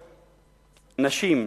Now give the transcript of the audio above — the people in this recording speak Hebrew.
נשים,